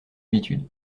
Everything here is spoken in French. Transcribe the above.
d’habitude